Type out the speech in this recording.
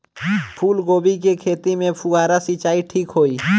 फूल गोभी के खेती में फुहारा सिंचाई ठीक होई?